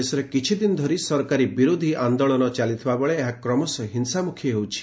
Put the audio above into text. ଦେଶରେ କିଛିଦିନ ଧରି ସରକାରୀ ବିରୋଧୀ ଆନ୍ଦୋଳନ ଚାଲିଛି ଏବଂ ଏହା କ୍ରମଶଃ ହିଂସାମୁଖୀ ହେଉଛି